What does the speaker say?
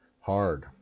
Hard